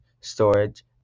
storage